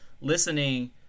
listening